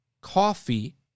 coffee